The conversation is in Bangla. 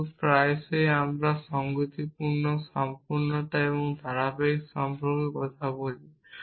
কিন্তু প্রায়শই আমরা সঙ্গতিপূর্ণতা সম্পূর্ণতা এবং ধারাবাহিকতা সম্পর্কে কথা বলি